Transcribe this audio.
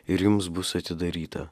ir jums bus atidaryta